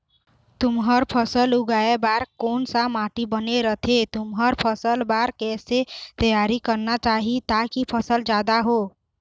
तुंहर फसल उगाए बार कोन सा माटी बने रथे तुंहर फसल बार कैसे तियारी करना चाही ताकि फसल जादा हो?